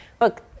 look